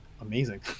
amazing